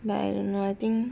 but I don't know I think